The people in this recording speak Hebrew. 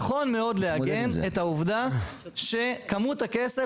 נכון מאוד לאגם את העובדה שכמות הכסף